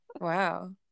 Wow